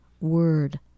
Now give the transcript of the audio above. word